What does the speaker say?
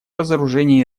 разоружение